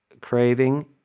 craving